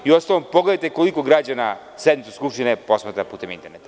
U ostalom, pogledajte koliko građana sednicu Skupštine posmatra putem interneta.